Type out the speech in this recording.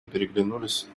переглянулись